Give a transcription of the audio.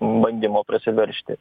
bandymo prasiveržti